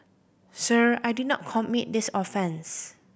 sir I did not commit this offence